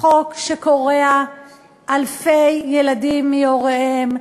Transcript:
חוק שקורע אלפי ילדים מהוריהם,